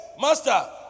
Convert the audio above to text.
Master